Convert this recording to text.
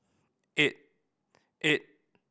eight eight